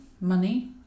money